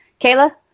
Kayla